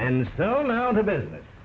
and so now the business